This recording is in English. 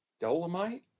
Dolomite